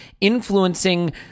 influencing